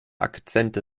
akzente